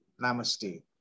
Namaste